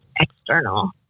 external